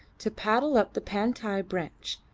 to paddle up the pantai branch,